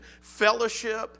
fellowship